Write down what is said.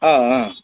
ಹಾಂ ಹಾಂ